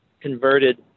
converted